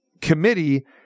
committee